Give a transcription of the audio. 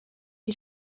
die